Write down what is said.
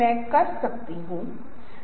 इन्हें बहुत सावधानी से व्यक्त किया जाना चाहिए